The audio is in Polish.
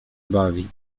bawi